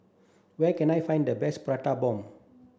where can I find the best prata bomb